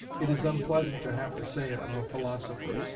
it is unpleasant to have to say it of a philosopher,